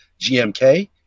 GMK